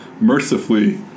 mercifully